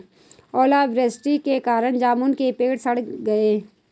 ओला वृष्टि के कारण जामुन के पेड़ सड़ गए